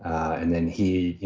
and then he you